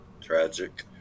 tragic